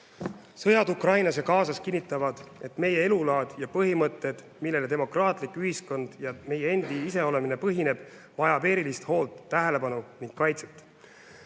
Sõda Ukrainas ja sõda Gazas kinnitavad, et meie elulaad ja põhimõtted, millele demokraatlik ühiskond ja meie endi iseolemine põhineb, vajab erilist hoolt, tähelepanu ja kaitset.